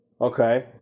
Okay